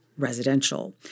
residential